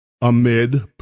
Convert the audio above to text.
amid